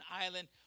island